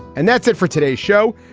and that's it for today's show.